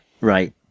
Right